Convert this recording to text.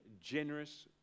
generous